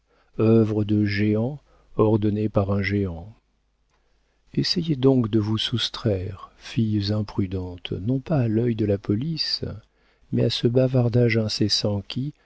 œuvre de géant ordonnée par un géant essayez donc de vous soustraire filles imprudentes non pas à l'œil de la police mais à ce bavardage incessant qui